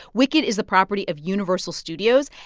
wicked is the property of universal studios.